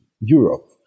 Europe